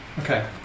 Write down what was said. Okay